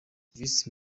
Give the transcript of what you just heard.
vice